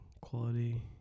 quality